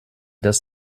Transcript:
das